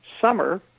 summer